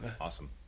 awesome